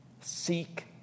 seek